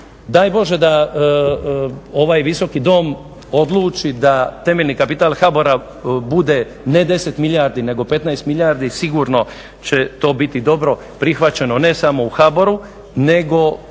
Daj Bože da ovaj Visoki dom odluči da temeljeni kapital HBOR-a bude ne 10 milijardi, nego 15 milijardi sigurno će to biti dobro prihvaćeno ne samo u HBOR-u nego